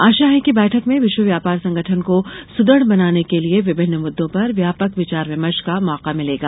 आशा है कि बैठक में विश्व व्यापार संगठन को सुदृढ़ बनाने के लिये विभिन्न मुद्दों पर व्यापक विचार विमर्श का मौका मिलेगा